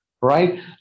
right